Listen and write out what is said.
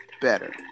better